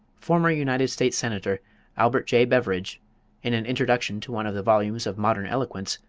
former united states senator albert j. beveridge in an introduction to one of the volumes of modern eloquence,